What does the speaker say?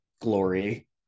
glory